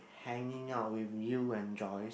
hanging out with you and Joyce